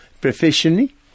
professionally